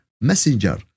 Messenger